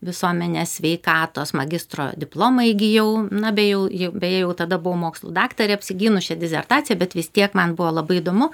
visuomenės sveikatos magistro diplomą įgijau na bejau beje jau tada buvo mokslų daktarė apsigynus čia disertaciją bet vis tiek man buvo labai įdomu